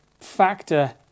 factor